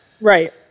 right